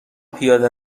پیاده